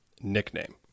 nickname